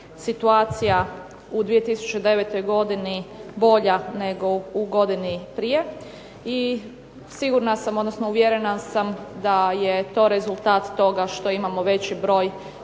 situacija u 2009. godini bolja nego u godini prije i sigurna sam, odnosno uvjerena sam da je to rezultat toga što imamo veći broj